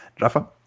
Rafa